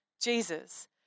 Jesus